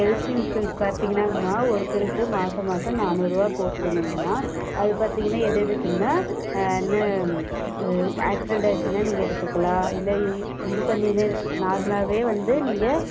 health insurance பார்த்தீங்கன்னாங்கம்மா ஒருத்தருக்கு மாதம் மாதம் நானூறுபா போடணும்ங்கம்மா அது பார்த்தீங்கன்னா எது எதுக்குன்னா ஆக்ஸிடெண்ட் ஆகிடுச்சின்னா நீங்கள் எடுத்துக்கலாம் இல்லை இது பண்ணிதான் நார்மலாகவே வந்து நீங்கள்